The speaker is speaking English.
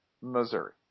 Missouri